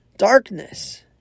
Darkness